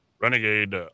Renegade